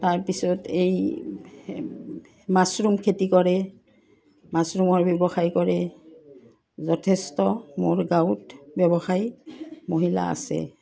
তাৰপিছত এই মাছৰুম খেতি কৰে মাছৰুমৰ ব্যৱসায় কৰে যথেষ্ট মোৰ গাঁৱত ব্যৱসায় মহিলা আছে